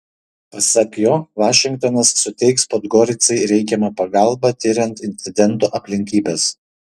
pasak jo vašingtonas suteiks podgoricai reikiamą pagalbą tiriant incidento aplinkybes